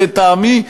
לטעמי,